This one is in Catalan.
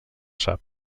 sap